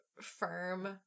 firm